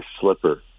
slipper